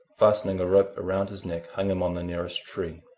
fastening a rope round his neck, hung him on the nearest tree.